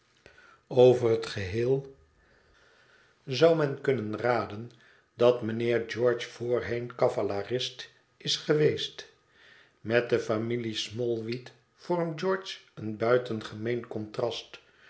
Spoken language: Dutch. over het geheel zou men kunnen raden dat mijnheer george voorheen cavalerist is geweest met de familie smallweed vormt george een buitengemeen contrast